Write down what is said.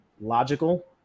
logical